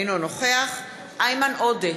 אינו נוכח איימן עודה,